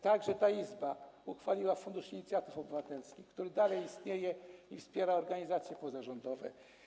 Ta Izba uchwaliła program Fundusz Inicjatyw Obywatelskich, który dalej istnieje i wspiera organizacje pozarządowe.